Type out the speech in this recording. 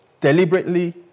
deliberately